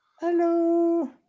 Hello